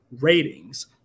ratings